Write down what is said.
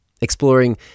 exploring